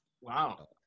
Wow